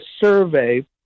survey